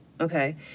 Okay